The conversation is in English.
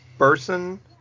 Person